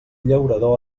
llaurador